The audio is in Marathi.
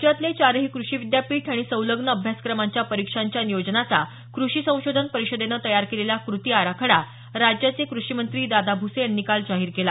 राज्यातले चारही कृषि विद्यापीठ आणि संलग्न अभ्यासक्रमांच्या परीक्षांच्या नियोजनाचा कृषि संशोधन परिषदेनं तयार केलेला कृती आराखडा राज्याचे कृषिमंत्री दादा भूसे यांनी काल जाहीर केला